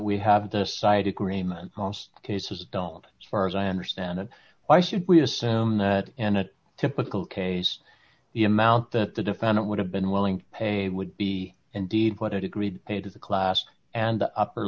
we have this site agreement cost cases adult as far as i understand it why should we assume that and a typical case the amount that the defendant would have been willing to pay would be indeed what it agreed paid to the class and the upper